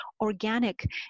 organic